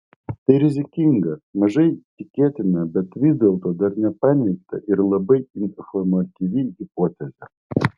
tai rizikinga mažai tikėtina bet vis dėlto dar nepaneigta ir labai informatyvi hipotezė